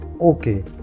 Okay